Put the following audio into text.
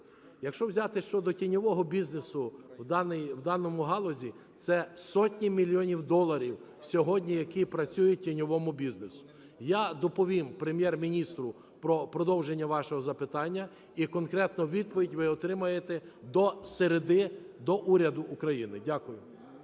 Якщо взяти щодо тіньового бізнесу в даній галузі, це сотні мільйонів доларів сьогодні, які працюють в тіньовому бізнесі. Я доповім Прем'єр-міністру про продовження вашого запитання. І конкретну відповідь ви отримаєте до середи, до уряду України. Дякую.